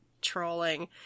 trolling